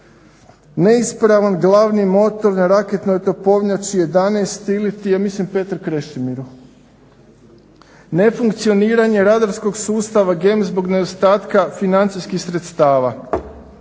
neispravan glavni motor na raketnoj topovnjači … /Govornik se ne razumije./… ja mislim Petru Krešimiru. Nefunkcioniranje radarskog sustava GEM zbog nedostatka financijskih sredstava.